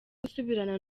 gusubirana